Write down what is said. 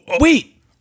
wait